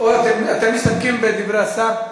אתם מסתפקים בדברי השר?